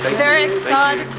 very